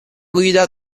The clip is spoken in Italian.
guida